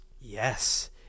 Yes